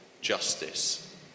justice